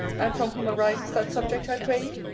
and from whom arises that subject, i pray you?